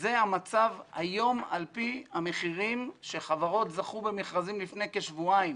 שזה המצב היום על פי המחירים שחברות זכו במכרזים לפני כשבועיים.